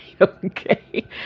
Okay